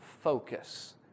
focus